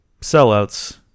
sellouts